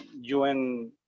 UN